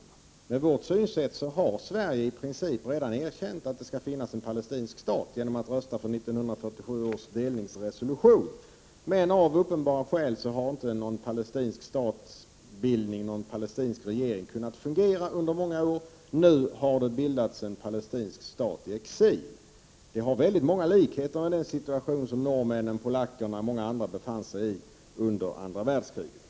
Enligt vårt synsätt har Sverige i princip redan erkänt att det skall finnas en palestinsk stat genom att rösta för 1947 års delningsresolution. Men av uppenbara skäl har inte någon palestinsk statsbildning, någon palestinsk regering, kunnat fungera under många år. Nu har det bildats en palestinsk stat i exil. Denna situation har väldigt många likheter med den som Norge, Polen och andra länder befann sig i under andra världskriget.